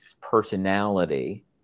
personality